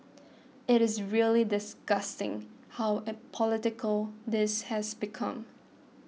it is really disgusting how political this has become